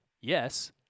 Yes